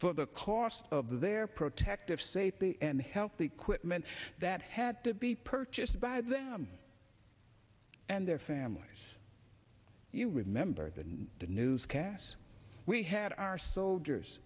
for the cost of their protective safety and help the equipment that had to be purchased by them and their families you remember the newscasts we had our soldiers